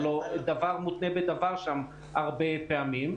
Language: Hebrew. הלוא דבר מותנה בדבר שם הרבה פעמים.